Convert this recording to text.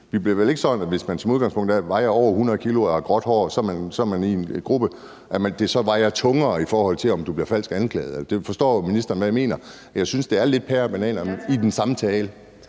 vejer over 100 kg og har gråt hår, er man i en gruppe, og at det så vejer tungere, i forhold til om du bliver falsk anklaget. Forstår ministeren, hvad jeg mener? Jeg synes, at det lidt er pærer og bananer i den samme tale.